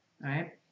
Right